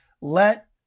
let